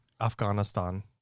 Afghanistan